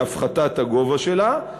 להורדת הגובה שלה.